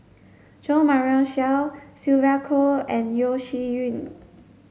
Jo Marion Seow Sylvia Kho and Yeo Shih Yun